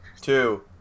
two